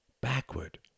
backward